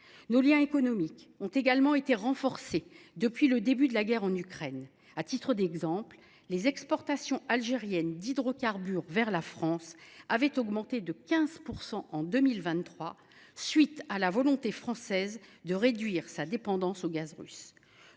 Nos liens économiques ont également été renforcés depuis le début de la guerre en Ukraine. À titre d’exemple, les exportations algériennes d’hydrocarbures vers la France avaient augmenté de 15 % en 2023, en raison de la volonté française de réduire sa dépendance au gaz russe.